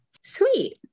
Sweet